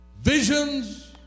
Visions